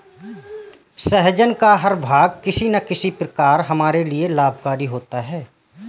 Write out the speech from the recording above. सहजन का हर भाग किसी न किसी प्रकार हमारे लिए लाभकारी होता है